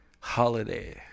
Holiday